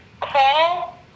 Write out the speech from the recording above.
Call